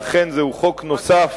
אכן, זהו חוק נוסף,